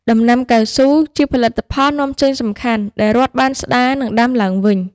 ដំណាំកៅស៊ូជាផលិតផលនាំចេញសំខាន់ ដែលរដ្ឋបានស្តារ និងដាំឡើងវិញ។